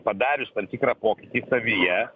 padarius tam tikrą pokytį savyje